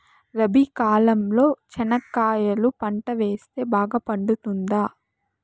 రబి కాలంలో చెనక్కాయలు పంట వేస్తే బాగా పండుతుందా?